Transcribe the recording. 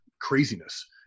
craziness